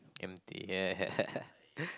empty yeah